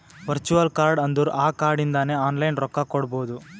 virtual card ಅಂದುರ್ ಆ card ಇಂದಾನೆ ಆನ್ಲೈನ್ ರೊಕ್ಕಾ ಕೊಡ್ಬೋದು